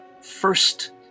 first